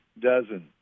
dozen